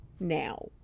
now